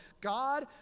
God